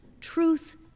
truth